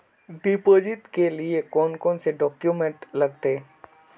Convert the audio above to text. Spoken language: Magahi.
डिपोजिट के लिए कौन कौन से डॉक्यूमेंट लगते?